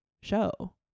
show